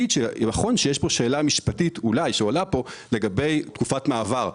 שנכון שיש פה שאלה משפטית שעולה לגבי תקופת מעבר.